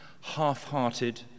half-hearted